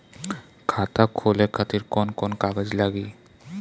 खाता खोले खातिर कौन कौन कागज लागी?